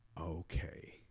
Okay